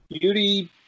Beauty